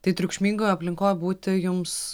tai triukšmingoj aplinkoj būti jums